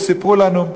וסיפרו לנו,